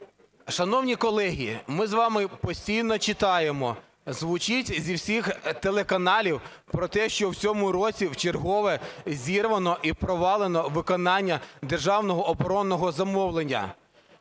Шановні колеги, ми з вами постійно читаємо, звучить зі всіх телеканалів про те, що в цьому році вчергове зірвано і провалено виконання державного оборонного замовлення.